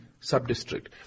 sub-district